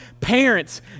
Parents